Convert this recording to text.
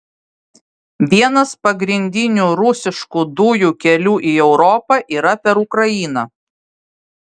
vienas pagrindinių rusiškų dujų kelių į europą yra per ukrainą